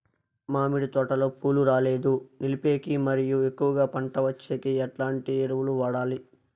మామిడి తోటలో పూలు రాలేదు నిలిపేకి మరియు ఎక్కువగా పంట వచ్చేకి ఎట్లాంటి ఎరువులు వాడాలి?